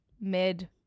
mid